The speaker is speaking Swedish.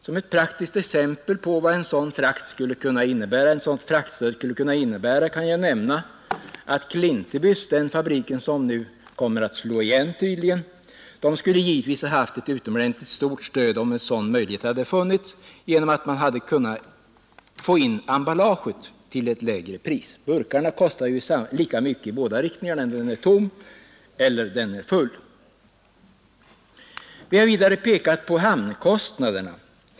Som ett praktiskt exempel på vad ett sådant fraktstöd skulle kunna innebära kan jag nämna att Klintebys fabrik, som nu tydligen kommer att slå igen, givetvis skulle ha haft utomordentligt stor hjälp om en sådan möjlighet hade funnits därför att man då hade kunnat få in emballaget till ett lägre pris. Burkarna kostar ju lika mycket att frakta i båda riktningarna vare sig de är tomma eller fyllda. Vi har vidare pekat på hamnkostnaderna.